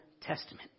Testament